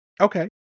Okay